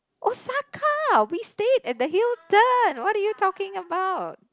Osaka we stayed at the Hilton what did you talking about